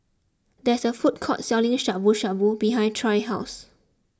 there is a food court selling Shabu Shabu behind Troy's house